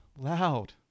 Loud